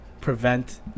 prevent